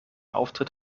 auftritt